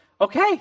Okay